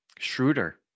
Schroeder